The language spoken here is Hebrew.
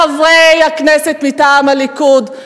חברי הכנסת מטעם הליכוד,